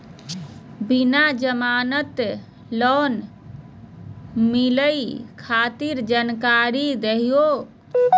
बिना जमानत लोन मिलई खातिर जानकारी दहु हो?